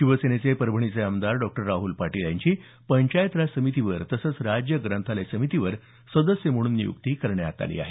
शिवसेनेचे परभणीचे आमदार डॉक्टर राहल पाटील यांची पंचायतराज समितीवर तसंच राज्य ग्रंथालय समितीवर सदस्य म्हणून नियुक्ती करण्यात आली आहे